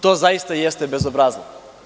To zaista i jeste bezobrazluk.